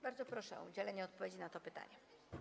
Bardzo proszę o udzielenie odpowiedzi na to pytanie.